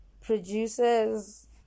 produces